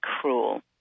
cruel